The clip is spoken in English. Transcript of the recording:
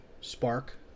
Spark